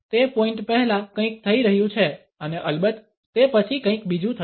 તે પોઇંટ પહેલા કંઈક થઈ રહ્યું છે અને અલબત્ત તે પછી કંઈક બીજું થશે